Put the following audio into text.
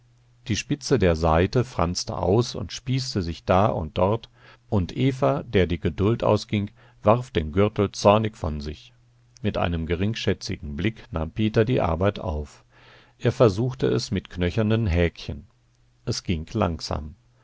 die spitze der saite franste aus und spießte sich da und dort und eva der die geduld ausging warf den gürtel zornig von sich mit einem geringschätzigen blick nahm peter die arbeit auf er versuchte es mit knöchernen häkchen es ging langsam